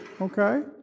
Okay